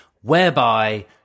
whereby